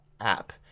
app